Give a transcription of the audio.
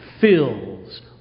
fills